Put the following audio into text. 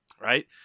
Right